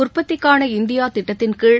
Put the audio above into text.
உற்பத்திக்கான இந்தியா திட்டத்தின்கீழ்